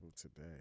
today